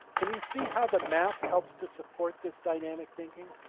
can you see how the map helps to support this dynamic thinking?